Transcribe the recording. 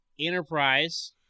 Enterprise